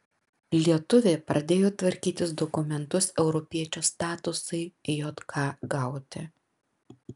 lietuvė pradėjo tvarkytis dokumentus europiečio statusui jk gauti